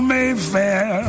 Mayfair